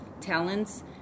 talents